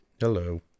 Hello